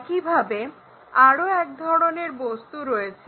একইভাবে আরো এক ধরনের বস্তু রয়েছে